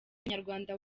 umunyarwanda